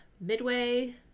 Midway